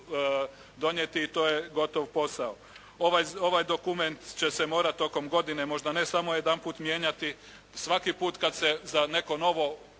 donijeti i to je gotov posao. Ovaj dokument će se morat tokom godine možda ne samo jedanput mijenjati. Svaki put kad se za neko novo